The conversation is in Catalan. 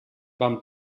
vam